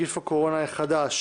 נגיף הקורונה החדש)